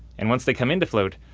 and once they come into float,